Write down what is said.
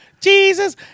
Jesus